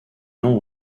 nom